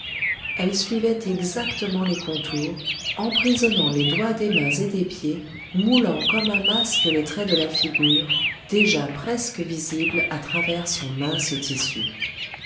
elle suivait exactement les contours emprisonnant les doigts des mains et des pieds moulant comme un masque les traits de la figure déjà presque visible à travers son mince tissu